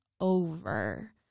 over